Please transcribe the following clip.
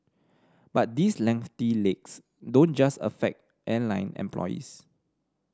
but these lengthy legs don't just affect airline employees